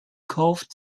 kauft